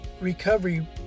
recovery